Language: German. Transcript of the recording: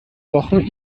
wochen